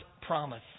promise